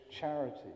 charity